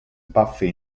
buffy